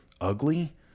ugly